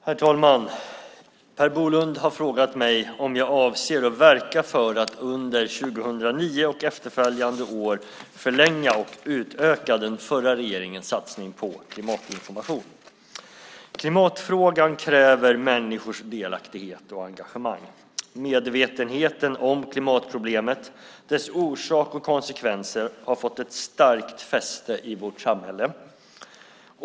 Herr talman! Per Bolund har frågat mig om jag avser att verka för att under 2009 och efterföljande år förlänga och utöka den förra regeringens satsning på klimatinformation. Klimatfrågan kräver människors delaktighet och engagemang. Medvetenheten om klimatproblemet, dess orsak och konsekvenser, har fått ett starkt fäste i vårt samhälle.